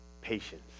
patience